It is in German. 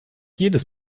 jedes